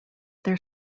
their